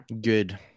Good